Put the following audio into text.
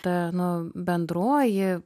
ta nu bendroji